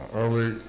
early